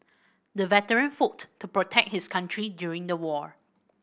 the veteran fought to protect his country during the war